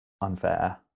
unfair